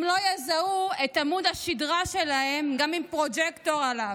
הם לא יזהו את עמוד השדרה שלהם גם עם פרוז'קטור עליו.